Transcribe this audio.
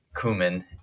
cumin